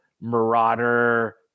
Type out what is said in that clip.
Marauder